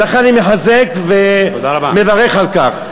ולכן אני מחזק ומברך על כך.